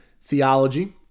theology